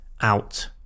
out